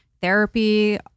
therapy